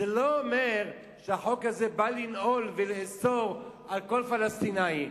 זה לא אומר שהחוק הזה בא לנעול ולאסור על כל פלסטיני.